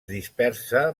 dispersa